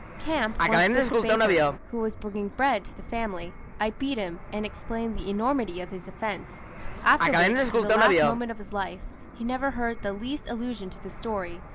camp once bit the baker, who was bringing bread to the family. i beat him, and explained the enormity of his offence after which, to the last moment of his life, he never heard the least allusion to the story,